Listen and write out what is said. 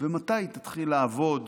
ומתי היא תתחיל לעבוד